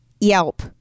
Yelp